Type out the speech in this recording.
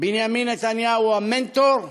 בנימין נתניהו הוא המנטור,